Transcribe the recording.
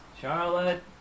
Charlotte